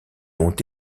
ont